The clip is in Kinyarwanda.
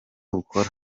bukora